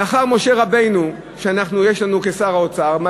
לאחר משה רבנו שיש לנו כשר האוצר,